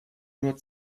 nur